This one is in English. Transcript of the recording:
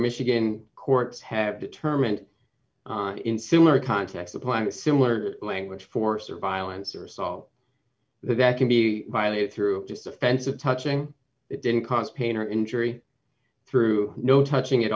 michigan courts have determined in similar context the plan is similar language force or violence or assault that can be violated through just offensive touching it didn't cause pain or injury through no touching at